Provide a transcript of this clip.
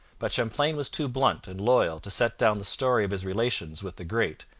but champlain was too blunt and loyal to set down the story of his relations with the great,